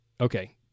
Okay